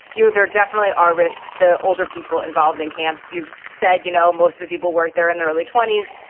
you are there definitely are risks to older people involved in camps. you said, you know, most the people were there in their early twenty s.